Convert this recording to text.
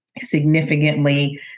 significantly